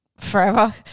forever